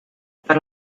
per